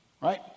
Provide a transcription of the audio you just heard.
right